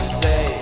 say